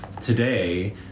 today